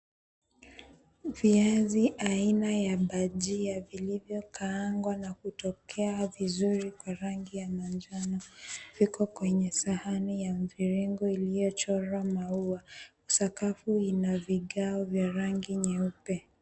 Viazi aina ya bhajia iliyokaangwa na kutokea vizuri kwa rangi ya manjano iko kwenye sahani ya mviringo iliyochorwa maua, sakafu ina vigae vya rangi nyeupe.